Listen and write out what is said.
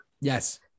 Yes